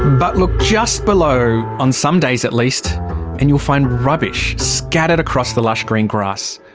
but look just below on some days at least and you'll find rubbish scattered across the lush green grass.